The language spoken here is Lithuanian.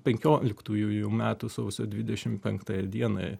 penkioliktųjų metų sausio dvidešimt penktąją dieną